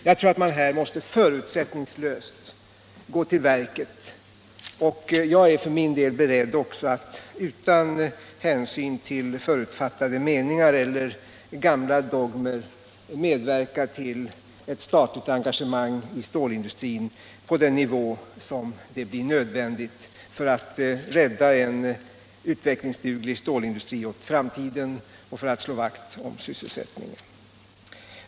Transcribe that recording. Jag tror att man här måste gå till verket förutsättningslöst. Och jag är för min del beredd att utan hänsyn till förutfattade meningar eller gamla dogmer medverka till ett statligt engagemang i stålindustrin på den nivå som blir nödvändig för att rädda en utvecklingsduglig stålindustri åt framtiden och för att slå vakt om sysselsättningen.